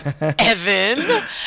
evan